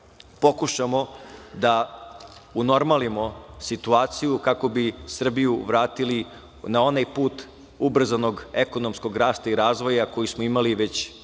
pokušamo da unormalimo situaciju, kako bi Srbiju vratili na onaj put ubrzanog ekonomskog rasta i razvoja koji smo imali već,